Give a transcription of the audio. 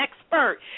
expert